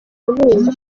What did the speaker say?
kaminuza